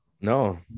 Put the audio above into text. No